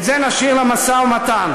את זה נשאיר למשא-ומתן.